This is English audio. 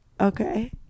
Okay